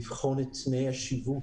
לבחון את תנאי השיווק,